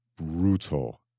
Brutal